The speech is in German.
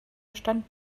stand